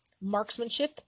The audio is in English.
marksmanship